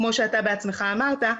כמו שאתה בעצמך אמרת,